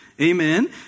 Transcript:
Amen